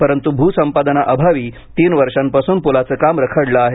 परंतु भूसंपादनाअभावी तीन वर्षांपासून पुलाचं काम रखडलं आहे